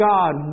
God